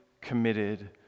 committed